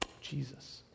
Jesus